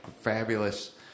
Fabulous